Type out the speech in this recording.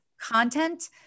content